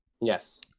Yes